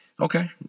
Okay